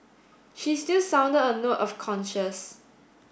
she still sounded a note of cautions